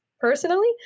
personally